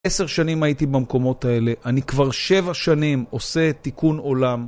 עשר שנים הייתי במקומות האלה, אני כבר שבע שנים עושה תיקון עולם.